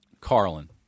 Carlin